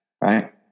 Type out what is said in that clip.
right